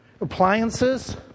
Appliances